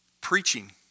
Preaching